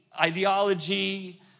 ideology